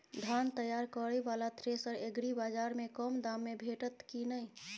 धान तैयार करय वाला थ्रेसर एग्रीबाजार में कम दाम में भेटत की नय?